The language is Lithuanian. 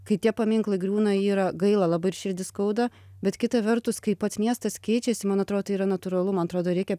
kai tie paminklai griūna yra gaila labai ir širdį skauda bet kita vertus kai pats miestas keičiasi man atro tai yra natūralu man atrodo reikia